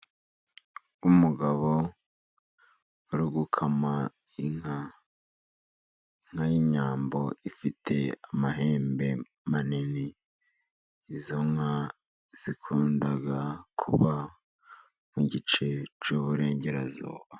Umugabo uri gukama inkaka y'inyambo ifite amahembe manini, izo nka zikunda kuba mu gice cy'uburengerazuba.